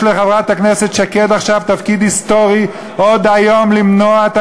יש עכשיו לחברת הכנסת שקד תפקיד היסטורי עוד היום למנוע את